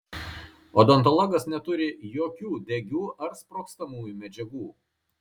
odontologas neturi jokių degių ar sprogstamųjų medžiagų